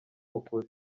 ukuri